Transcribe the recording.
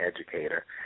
educator